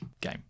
game